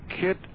Kit